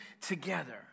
together